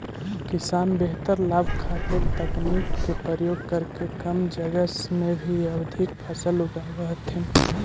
किसान बेहतर लाभ खातीर तकनीक के प्रयोग करके कम जगह में भी अधिक फसल उगाब हथिन